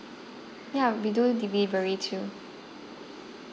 ya we do delivery too